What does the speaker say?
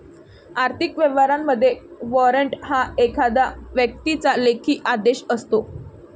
आर्थिक व्यवहारांमध्ये, वॉरंट हा एखाद्या व्यक्तीचा लेखी आदेश असतो